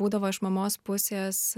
būdavo iš mamos pusės